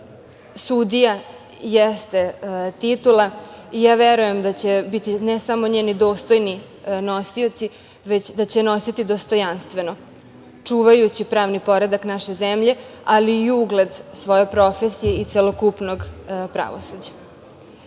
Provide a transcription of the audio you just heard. Sudija jeste titula i ja verujem da će biti njeni ne samo dostojni nosioci, već da će je nositi dostojanstveno čuvajući pravni poredak naše zemlje ali i ugled svoje profesije i celokupnog pravosuđa. Na